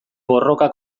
borroka